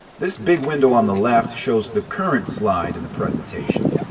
this big window on the left shows the current slide in the presentation.